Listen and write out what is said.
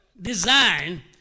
design